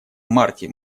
марте